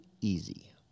easy